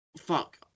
Fuck